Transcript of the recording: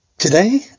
Today